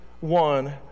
one